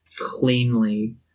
cleanly